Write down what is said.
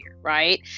right